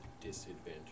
disadvantage